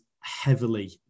heavily